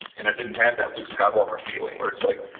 and i didn't have that luke skywalker feeling where it's like,